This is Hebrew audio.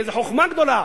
איזו חוכמה גדולה.